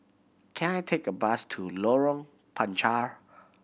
can I take a bus to Lorong Panchar